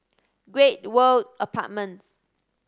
Great World Apartments